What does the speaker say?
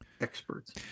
experts